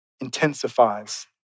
intensifies